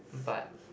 but